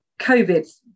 COVID